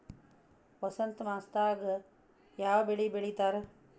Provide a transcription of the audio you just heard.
ವಸಂತ ಮಾಸದಾಗ್ ಯಾವ ಬೆಳಿ ಬೆಳಿತಾರ?